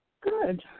Good